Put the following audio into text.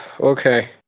okay